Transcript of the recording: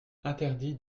interdit